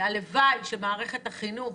הלוואי שמערכת החינוך